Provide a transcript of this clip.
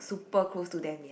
super close to them yet